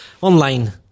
online